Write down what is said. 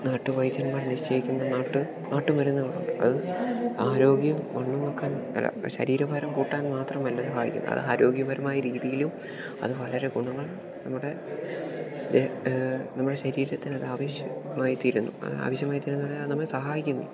നാട്ടു വൈദ്യന്മാർ നിശ്ചയിക്കുന്ന നാട്ട് നാട്ടുമരുന്നുകളാണ് അത് ആരോഗ്യം വണ്ണം വെക്കാൻ അല്ല ശരീരഭാരം കൂട്ടാൻ മാത്രം അല്ല സഹായിക്കുന്നത് അത് ആരോഗ്യപരമായ രീതിയിലും അത് വളരെ ഗുണങ്ങൾ നമ്മുടെ നമ്മുടെ ശരീരത്തിന് അത് ആവശ്യമായി തീരുന്നു അത് ആവശ്യമായി തീരുന്നു എന്ന് പറഞ്ഞാൽ അത് നമ്മളെ സഹായിക്കുന്നു